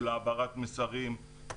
של העברת מסרים.